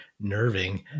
nerving